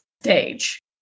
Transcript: stage